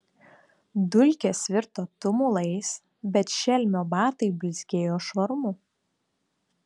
dulkės virto tumulais bet šelmio batai blizgėjo švarumu